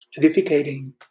edificating